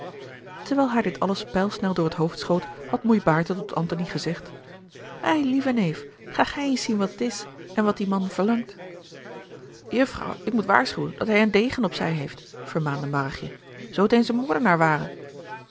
terwijl haar dit alles pijlsnel door het hoofd schoot had moei baerte tot antony gezegd eilieve neef ga gij eens zien wat het is en wat die man verlangt juffrouw ik moet waarschuwen dat hij een degen op zij heeft vermaande marrigje zoo t eens een moordenaar ware